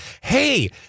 hey